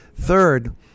Third